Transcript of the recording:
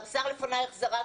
השר לפנייך זרק,